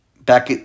back